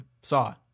saw